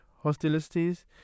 hostilities